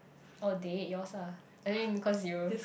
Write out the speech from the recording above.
oh date yours lah I mean because you